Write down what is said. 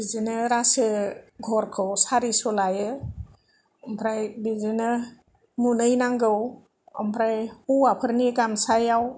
बिदिनो रासो गरखौ सारिस' लायो ओमफ्राय बिदिनो मुनै नांगौ ओमफ्राय हौवाफोरनि गामसायाव